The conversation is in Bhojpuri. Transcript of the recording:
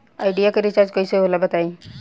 आइडिया के रिचार्ज कइसे होला बताई?